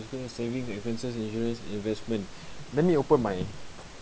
savings insurance investment let me open my